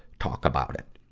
talk about it.